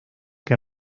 que